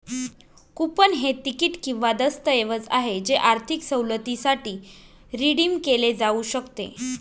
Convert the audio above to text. coupon हे तिकीट किंवा दस्तऐवज आहे जे आर्थिक सवलतीसाठी रिडीम केले जाऊ शकते